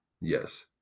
Yes